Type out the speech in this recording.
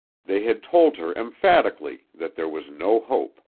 they had told her emphatically that there was no hope.